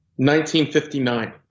1959